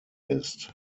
ist